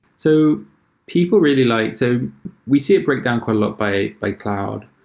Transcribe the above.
so people really like so we see it breakdown quite a lot by by cloud,